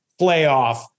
playoff